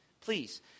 please